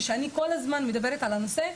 כשאני כל הזמן מדברת על הנושא,